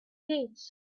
gates